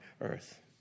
earth